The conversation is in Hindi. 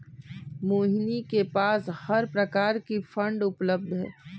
मोहिनी के पास हर प्रकार की फ़ंड उपलब्ध है